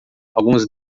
alguns